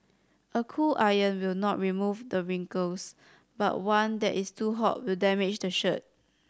a cool iron will not remove the wrinkles but one that is too hot will damage the shirt